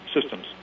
systems